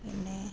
പിന്നെ